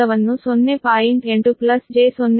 8 j0